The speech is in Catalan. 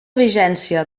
vigència